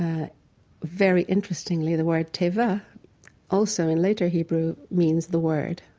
ah very interestingly, the word tevah also in later hebrew means the word.